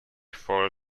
for